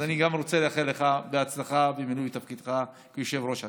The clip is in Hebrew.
אז אני גם רוצה לאחל לך הצלחה במילוי תפקידך כיושב-ראש הכנסת.